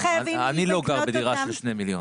אני לא גר בדירה של שני מיליון.